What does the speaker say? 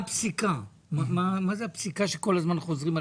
מהי הפסיקה שכל הזמן חוזרים עליה?